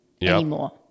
anymore